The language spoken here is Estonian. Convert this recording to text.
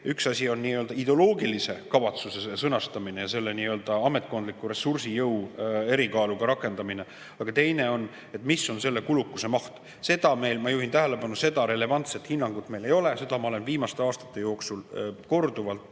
Üks asi on ideoloogilise kavatsuse sõnastamine ja selle nii-öelda ametkondliku ressursijõu erikaaluga rakendamine, aga teine on, mis on selle kulukus. Ma juhin tähelepanu, et seda relevantset hinnangut meil ei ole, seda ma olen viimaste aastate jooksul korduvalt